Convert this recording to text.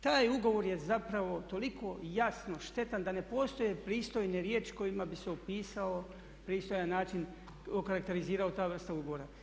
Taj ugovor je zapravo toliko jasno štetan da ne postoje pristojne riječi kojima bi se opisao pristojan način okarakterizirala ta vrsta ugovora.